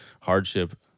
hardship